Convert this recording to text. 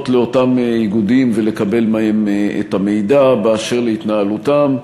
לאותם איגודים ולקבל מהם את המידע באשר להתנהלותם.